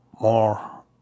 more